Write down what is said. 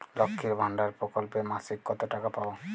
লক্ষ্মীর ভান্ডার প্রকল্পে মাসিক কত টাকা পাব?